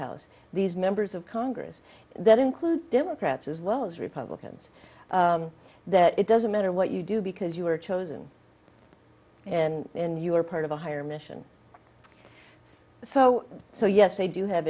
house these members of congress that include democrats as well as republicans that it doesn't matter what you do because you were chosen and you are part of a higher mission so so yes they do have